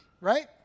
right